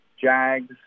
Jags